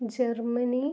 Germany